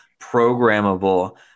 programmable